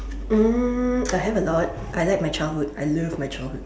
um I have a lot I like my childhood I love my childhood